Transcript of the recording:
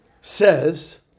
says